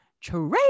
Trade